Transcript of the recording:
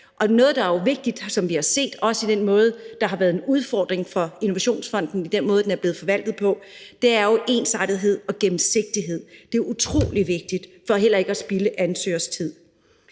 Og noget, som jo er vigtigt, og som vi har set har været en udfordring for Innovationsfonden i den måde, den er blevet forvaltet på, er jo ensartethed og gennemsigtighed. Det er utrolig vigtigt for heller ikke at spilde ansøgers tid.